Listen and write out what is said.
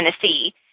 Tennessee